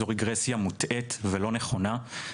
זו רגרסיה מוטעית ולא נכונה.